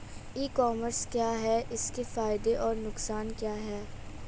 E commerce क्या है इसके फायदे और नुकसान क्या है?